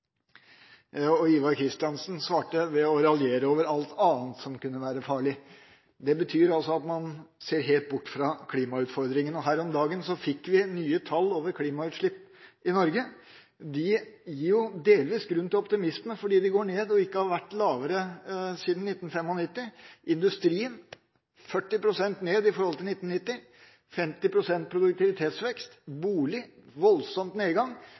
Ivar Kristiansen svarte ved å raljere over alt annet som kunne være farlig. Det betyr altså at man ser helt bort fra klimautfordringene. Her om dagen fikk vi nye tall over klimautslipp i Norge. De gir delvis grunn til optimisme, fordi de går ned og ikke har vært lavere siden 1995. For industrien er det 40 pst. nedgang i forhold til 1990 og 50 pst. produktivitetsvekst og bolig har en voldsom nedgang.